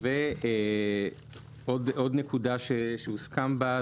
עוד נקודה שהוסכם בה,